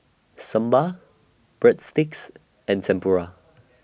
Sambar Breadsticks and Tempura